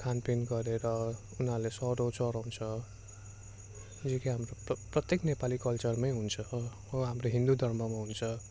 खानपिन गरेर उनीहरूले सरौ चढाउँछ जो कि हाम्रो प्र प्रत्येक नेपाली कल्चरमै हुन्छ अब हाम्रो हिन्दू धर्ममा हुन्छ